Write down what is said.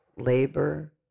Labor